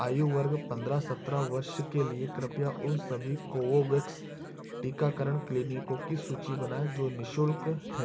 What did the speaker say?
आयु वर्ग पंद्रह सत्रह वर्ष के लिए कृपया उन सभी कोवोवैक्स टीकाकरण क्लीनिको की सूचि बनाएँ जो निशुल्क हैं